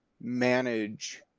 manage